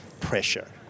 pressure